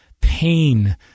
pain